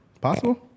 Possible